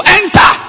enter